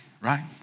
right